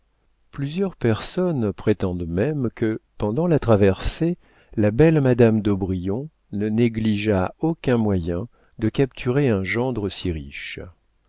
plusieurs personnes prétendent même que pendant la traversée la belle madame d'aubrion ne négligea aucun moyen de capturer un gendre si riche